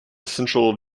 central